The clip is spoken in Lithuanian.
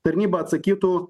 tarnyba atsakytų